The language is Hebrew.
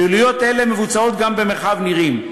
פעילויות אלה מבוצעות גם במרחב נירים.